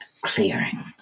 clearing